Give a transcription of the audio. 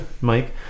mike